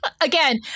Again